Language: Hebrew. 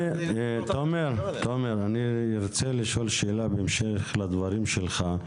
תומר, בהמשך לדברים שלך יש לי שאלה.